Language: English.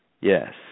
Yes